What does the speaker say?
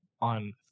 on